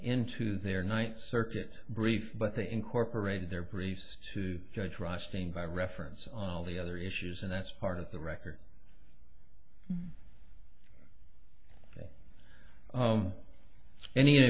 into their ninth circuit brief but they incorporated their briefs to trusting by reference on all the other issues and that's part of the record